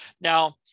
Now